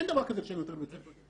אין דבר כזה יותר לשלם לבית ספר.